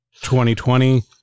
2020